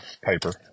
paper